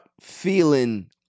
feeling